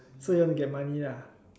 so you want to get money lah